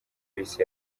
bisi